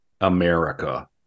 America